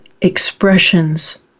expressions